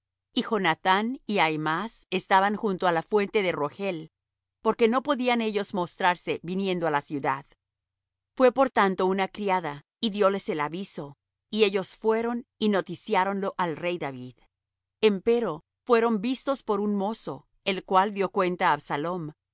y jonathán y ahimaas estaban junto á la fuente de rogel porque no podían ellos mostrarse viniendo á la ciudad fué por tanto una criada y dióles el aviso y ellos fueron y noticiáronlo al rey david empero fueron vistos por un mozo el cual dió cuenta